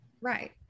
right